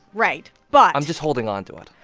right. but. i'm just holding on to it.